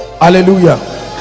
hallelujah